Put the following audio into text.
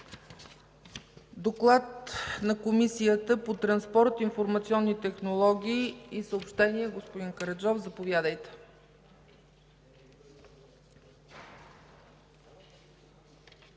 доклад е от Комисията по транспорт, информационни технологии и съобщения. Господин Караджов, Вие сте